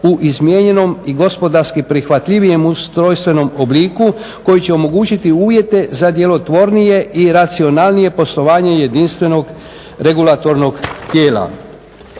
u izmijenjenom i gospodarski prihvatljivijem ustrojstvenom obliku koji će omogućiti uvjete za djelotvornije i racionalnije poslovanje jedinstvenog regulatornog tijela.